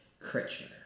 Kretschmer